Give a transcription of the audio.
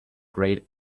great